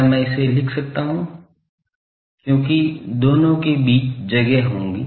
क्या मैं इसे लिख सकता हूं क्योंकि दोनों के बीच जगह होगी